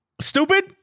stupid